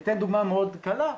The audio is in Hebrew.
אני אתן דוגמה מאוד קלה,